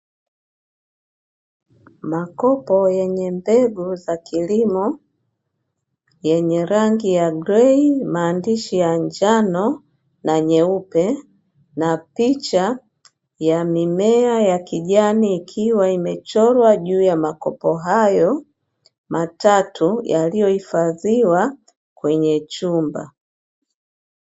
Makopo yenye mbegu za kilimo yenye rangi ya grei, maandishi ya njano na nyeupe; na picha ya mimea ya kijani ikiwa imechorwa juu ya makopo hayo matatu yaliyohifadhiwa kwenye chumba.